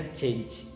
change